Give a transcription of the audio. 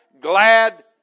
glad